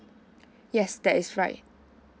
yes that is right